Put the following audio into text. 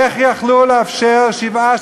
איך יכלו לאפשר שבעה